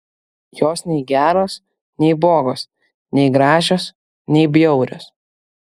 jos nei geros nei blogos nei gražios nei bjaurios